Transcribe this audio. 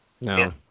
No